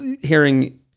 hearing